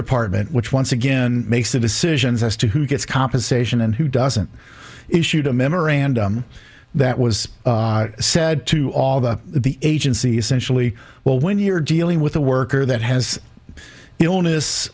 department which once again makes the decisions as to who gets compensation and who doesn't issued a memorandum that was said to all the the agency essentially well when you're dealing with a worker that has